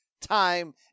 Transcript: time